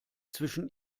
zwischen